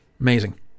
Amazing